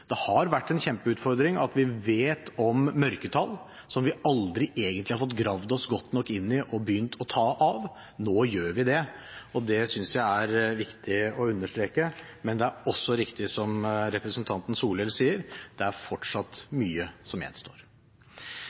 Det har vært en kjempeutfordring at vi vet om mørketall som vi aldri egentlig har gravd oss godt nok ned i og begynt å ta av. Nå gjør vi det, og det synes jeg er viktig å understreke. Men det er også riktig som representanten Solhjell sier – det er fortsatt mye som gjenstår.